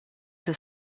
two